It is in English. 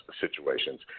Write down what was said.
situations